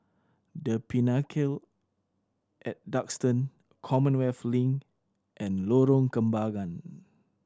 The Pinnacle At Duxton Commonwealth Link and Lorong Kembagan